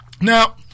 Now